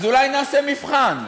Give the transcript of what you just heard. אז אולי נעשה מבחן: